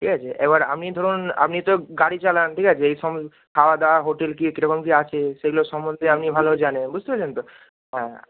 ঠিক আছে এবার আপনি ধরুন আপনি তো গাড়ি চালান ঠিক আছে এই সব খাওয় দাওয়া হোটেল কী কীরকম কী আছে সেগুলো সম্বন্ধে আপনি ভালো জানেন বুঝতে পেরেছেন তো হ্যাঁ